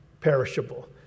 perishable